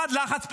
1. לחץ פוליטי,